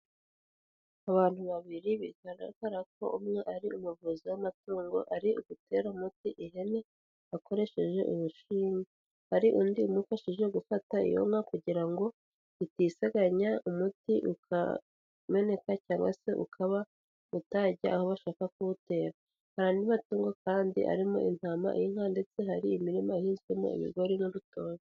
abantu babiri bigaragara ko umwe ari umuvuzi w'amatungo arigutera umuti ihene akoreshejeshini hari undi umufashije gufata iyo nka kugira ngo itisanganya umuti ukameneka cyangwa se ukaba mutajya aho ashaka kuwutera haridi matungo kandi arimo intama inka ndetse hari imirima ihizwemo ibigwari n'urutobe.